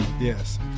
Yes